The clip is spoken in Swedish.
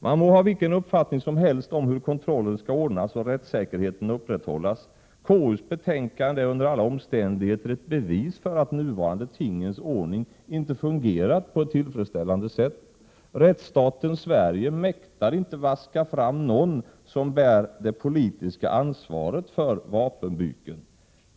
Man må ha vilket uppfattning som helst om hur kontrollen skall ordnas och rättssäkerheten upprätthållas; KU:s betänkande är under alla omständigheter ett bevis för att nuvarande tingens ordning inte fungerat på ett tillfredsställande sätt. Rättsstaten Sverige mäktar inte vaska fram någon som bär det politiska ansvaret för vapenbyken.